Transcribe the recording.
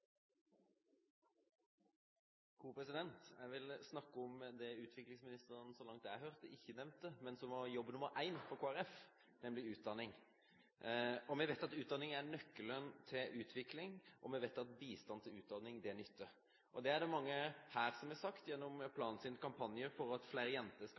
Jeg vil snakke om det som utviklingsministeren – så langt jeg hørte – ikke nevnte, men som var jobb nr. 1 for Kristelig Folkeparti, nemlig utdanning. Vi vet at utdanning er nøkkelen til utvikling, og vi vet at bistand til utdanning nytter. Det er det mange her som har sagt gjennom å nevne Plans kampanje for at flere jenter skal